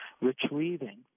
retrieving